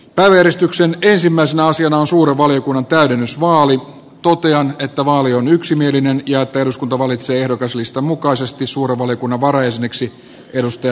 totean että vaali on suuren valiokunnan täydennysvaalit tuottaja että valion yksimielinen ja että eduskunta valitsee ehdokaslistan mukaisesti suuren valiokunnan varajäseneksi mikael jungnerin